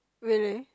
really